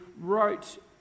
wrote